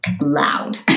loud